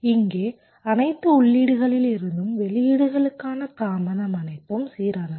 இங்கே அனைத்து உள்ளீடுகளிலிருந்தும் வெளியீடுகளுக்கான தாமதம் அனைத்தும் சீரானவை